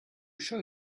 show